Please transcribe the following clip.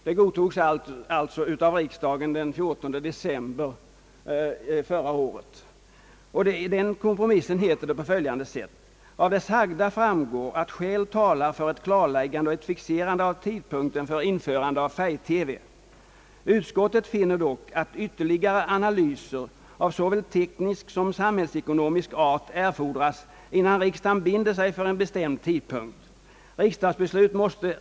Detta godtogs alltså av riksdagen den 14 december förra året. I kompromissen heter det på följande sätt: »Av det sagda framgår att skäl talar för ett klarläggande och ett fixerande av tidpunkten för införande av färg-TV. Utskottet finner dock, att ytterligare analyser av såväl teknisk som samhällsekonomisk art erfordras, innan riksdagen binder sig för en bestämd tidpunkt.